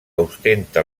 ostenta